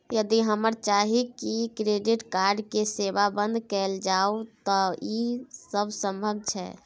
यदि हम चाही की क्रेडिट कार्ड के सेवा बंद कैल जाऊ त की इ संभव छै?